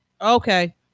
Okay